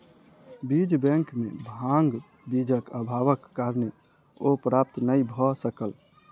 बीज बैंक में भांग बीजक अभावक कारणेँ ओ प्राप्त नै भअ सकल